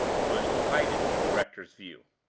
so as to hide it from the rector's view.